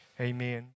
amen